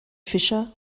fischer